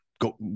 go